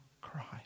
Christ